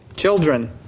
Children